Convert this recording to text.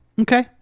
Okay